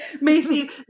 macy